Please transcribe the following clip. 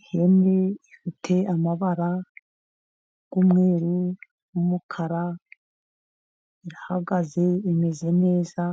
Ihene ifite amabara y'umweru n'umukara ihagaze imeze neza,